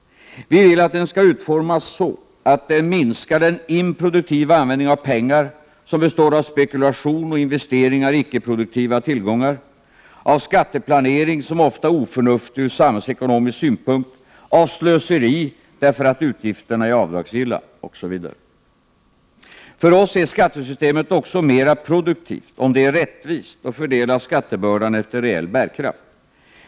Vi vill att den skall utformas så, att den minskar den improduktiva användning av pengar som består av spekulation och investeringar i icke-produktiva tillgångar, av skatteplanering som ofta är oförnuftig ur samhällsekonomisk synpunkt, av slöseri därför att utgifterna är avdragsgilla, osv. För oss är skattesystemet också mera produktivt om det är rättvist och innebär att skattebördan fördelas efter reell bärkraft.